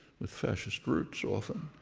with fascist roots often,